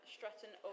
Stratton